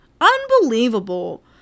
Unbelievable